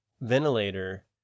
ventilator